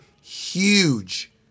huge